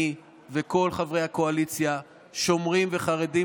אני וכל חברי הקואליציה שומרים וחרדים